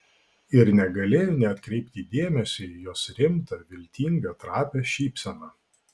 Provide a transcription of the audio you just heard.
ir negalėjo neatkreipti dėmesio į jos rimtą viltingą trapią šypseną